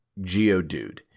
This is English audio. Geodude